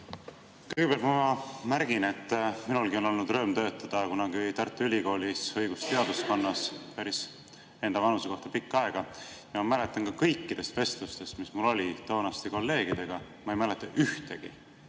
Kõigepealt ma märgin, et minulgi on olnud rõõm töötada Tartu Ülikoolis õigusteaduskonnas enda vanuse kohta päris pikka aega. Ja kõikidest vestlustest, mis mul olid toonaste kolleegidega, ma ei mäleta ühtegi,